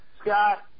Scott